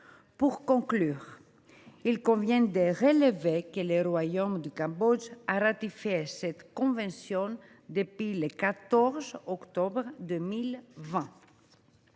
Pour conclure, il convient de relever que le royaume du Cambodge a ratifié cette convention le 14 octobre 2020.